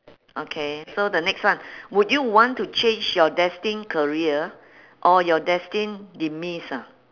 okay so the next one would you want to change your destined career or your destined demise ah